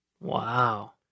Wow